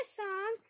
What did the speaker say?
song